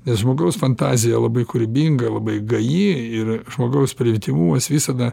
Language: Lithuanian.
nes žmogaus fantazija labai kūrybinga labai gaji ir žmogaus primityvumas visada